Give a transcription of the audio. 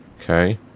okay